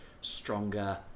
stronger